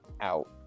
out